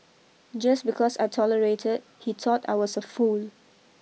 just because I tolerated he thought I was a fool